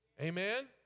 Amen